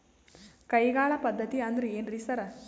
ಕೈಗಾಳ್ ಪದ್ಧತಿ ಅಂದ್ರ್ ಏನ್ರಿ ಸರ್?